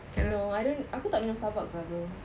no I don't aku tak minum Starbucks ah bro